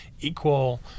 equal